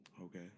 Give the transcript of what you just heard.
okay